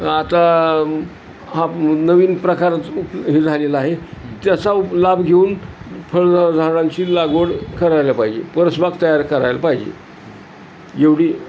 आता हा नवीन प्रकार च हे झालेला आहे त्याचा लाभ घेऊन फळ झाडांची लागवड करायला पाहिजे परसबाग तयार करायला पाहिजे एवढी